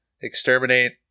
exterminate